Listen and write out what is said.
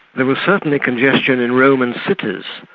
there was certainly congestion in roman cities,